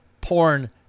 porn